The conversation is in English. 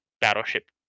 battleship